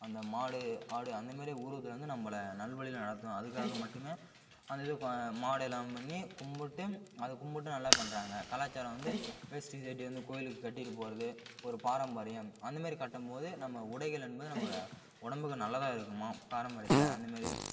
அந்த மாடு ஆடு அந்த மாரி உருவத்தில் வந்து நம்மள நல்வழியில் நடத்தும் அதுக்காக மட்டும் அந்த இத கோ மாடு எல்லாம் பண்ணி கும்பிட்டு அதை கும்பிட்டு நல்லா பண்ணுறாங்க கலாச்சாரம் வந்து வேஸ்ட்டி ஷேர்ட்டு இந்த கோவிலுக்கு கட்டிகிட்டு போகிறது ஒரு பாரம்பரியம் அந்த மாரி கட்டும் மோது நம்ம உடைகள் என்பது நம்ம உடம்புக்கு நல்லதாக இருக்குமாம் பரம்பரியத்தில் அந்த மாரி